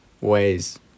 ways